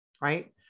right